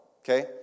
okay